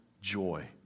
joy